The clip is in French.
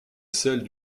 celles